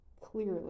clearly